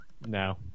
no